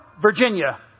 Virginia